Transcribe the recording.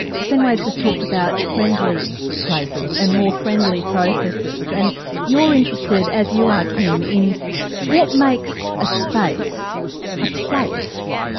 sein-way has just talked about friendly places and more friendly processes and you're interested as you are kim in what makes a space a place.